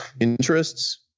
interests